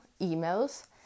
emails